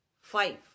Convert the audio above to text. five